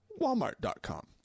Walmart.com